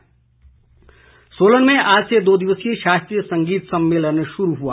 शास्त्रीय संगीत सोलन में आज से दो दिवसीय शास्त्रीय संगीत सम्मेलन शुरू हुआ